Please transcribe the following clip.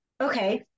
okay